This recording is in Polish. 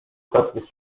ostatnie